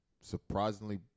surprisingly